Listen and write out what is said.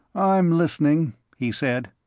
i'm listening, he said.